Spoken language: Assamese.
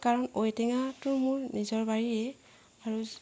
কাৰণ ঔটেঙাটো মোৰ নিজৰ বাৰীৰে আৰু